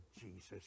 Jesus